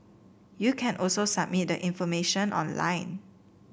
you can also submit the information online